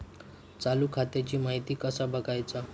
चालू खात्याची माहिती कसा बगायचा?